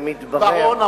ומתברר,